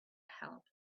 help